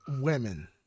women